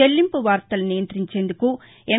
చెల్లింపు వార్తలను నియంత్రించేందుకు ఎం